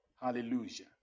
Hallelujah